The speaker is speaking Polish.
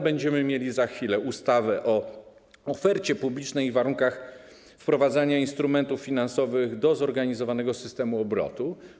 Będziemy mieli za chwilę ustawę o ofercie publicznej i warunkach wprowadzania instrumentów finansowych do zorganizowanego systemu obrotu.